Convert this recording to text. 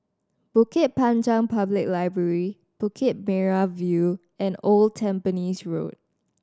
Bukit Panjang Public Library Bukit Merah View and Old Tampines Road